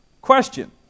question